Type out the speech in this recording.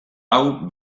hau